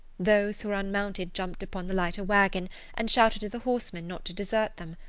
those who were unmounted jumped upon the leiter-wagon and shouted to the horsemen not to desert them.